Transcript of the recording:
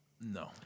No